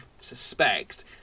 suspect